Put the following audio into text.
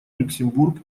люксембург